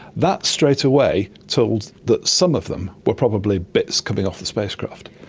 that straightaway told that some of them were probably bits coming off the spacecraft.